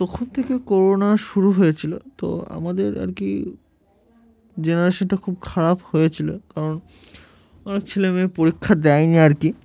তখন থেকে করোনা শুরু হয়েছিলো তো আমাদের আর কি জেনারেশানটা খুব খারাপ হয়েছিলো কারণ অনেক ছেলে মেয়ে পরীক্ষা দেয়নি আর কি